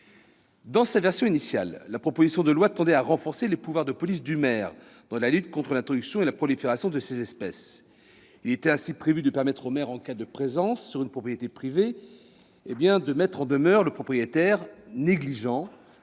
Dans sa version initiale, la proposition de loi tendait à renforcer les pouvoirs de police du maire dans la lutte contre l'introduction et la prolifération de ces espèces. Il était ainsi prévu de permettre aux maires, en cas de présence sur une propriété privée d'une espèce exotique envahissante,